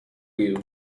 you